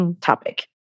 topic